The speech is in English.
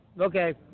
okay